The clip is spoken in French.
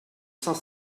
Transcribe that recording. saint